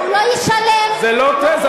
הוא לא ישלם, זו לא תזה.